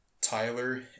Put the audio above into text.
Tyler